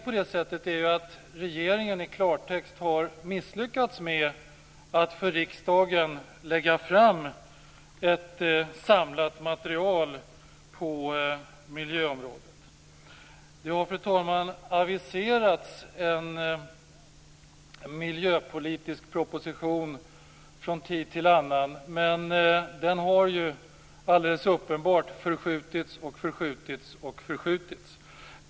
Regeringen har i klartext misslyckats med att för riksdagen lägga fram ett samlat material på miljöområdet. Fru talman! Det har från tid till annan aviserats en miljöpolitisk proposition. Den har alldeles uppenbart skjutits upp och skjutits upp.